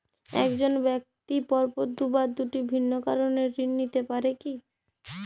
এক জন ব্যক্তি পরপর দুবার দুটি ভিন্ন কারণে ঋণ নিতে পারে কী?